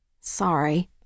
Sorry